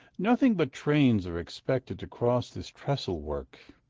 nothing but trains are expected to cross this trestle-work,